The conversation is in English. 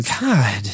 God